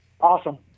Awesome